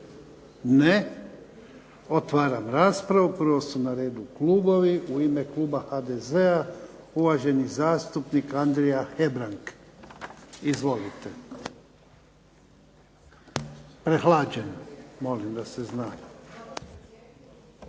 Ne. Otvaram raspravu. Prvo su na redu klubovi. U ime kluba HDZ-a uvaženi zastupnik Andrija Hebrang. Izvolite. **Hebrang, Andrija